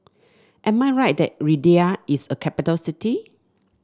am I right that Riyadh is a capital city